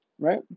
Right